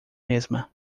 mesma